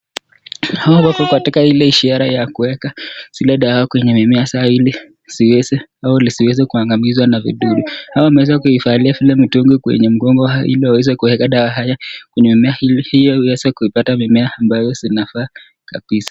Hawa wako katika zile ishara za kuweka zile dawa kwenye mimea ili ziweze au zisiweze kuangamizwa na vidudu. Hawa wameweza kuvalia zile mitungi kwenye migongo ili waweze kuweka dawa haya kwenye mimea hii ili iweze kuipata mimea ambayo zinafaa kabisa.